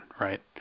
right